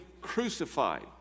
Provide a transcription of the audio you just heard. crucified